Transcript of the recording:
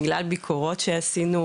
בגלל ביקורות שעשינו,